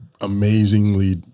amazingly